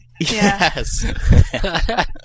Yes